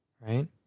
Right